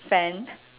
fan